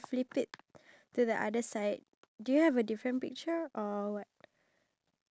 um really the things that they want to have fun